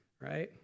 right